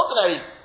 ordinary